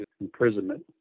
imprisonment